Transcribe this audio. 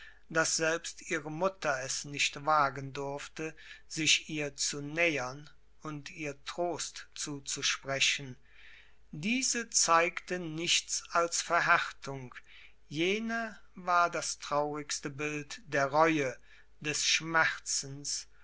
daß selbst ihre mutter es nicht wagen durfte sich ihr zu nähern und ihr trost zuzusprechen diese zeigte nichts als verhärtung jene war das traurigste bild der reue des schmerzens